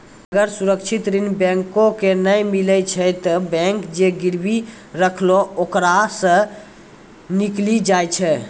अगर सुरक्षित ऋण बैंको के नाय मिलै छै तै बैंक जे गिरबी रखलो ओकरा सं निकली जाय छै